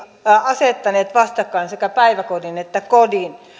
asettaneet vastakkain päiväkodin ja kodin